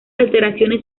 alteraciones